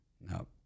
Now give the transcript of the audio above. No